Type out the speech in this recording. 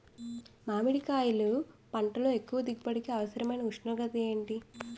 మామిడికాయలును పంటలో ఎక్కువ దిగుబడికి అవసరమైన ఉష్ణోగ్రత ఎంత?